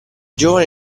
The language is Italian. giovane